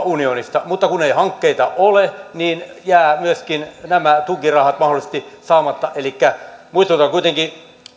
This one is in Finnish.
unionista mutta kun ei hankkeita ole niin jäävät myöskin nämä tukirahat mahdollisesti saamatta elikkä muistutan kuitenkin